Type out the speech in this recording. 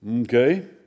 Okay